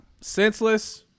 Senseless